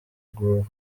groove